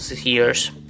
years